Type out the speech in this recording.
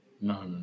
no